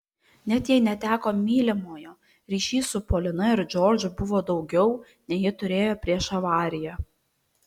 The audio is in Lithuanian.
net jei neteko mylimojo ryšys su polina ir džordžu buvo daugiau nei ji turėjo prieš avariją